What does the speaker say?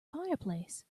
fireplace